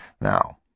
Now